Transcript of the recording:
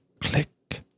Click